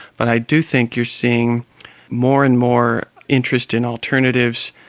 but i do think you're seeing more and more interest in alternatives,